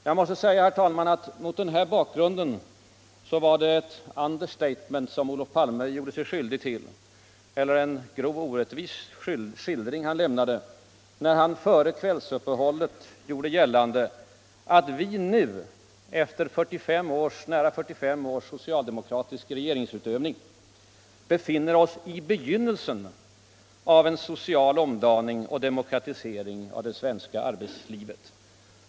Jag måste säga, herr talman, att mot den här bakgrunden var det ett understatement Olof Palme gjorde sig skyldig till eller en grovt orättvis skildring han lämnade när han före middagsuppehållet gjorde gällande att vi nu, efter nära 45 års socialdemokratisk regeringsutövning, skulle befinna oss ”i begynnelsen av en social omdaning och demokratisering av det svenska arbetslivet”.